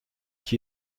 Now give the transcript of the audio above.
qui